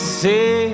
say